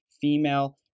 female